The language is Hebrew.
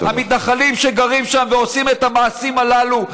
המתנחלים שגרים שם ועושים את המעשים הללו.